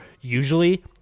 usually